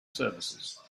services